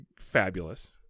fabulous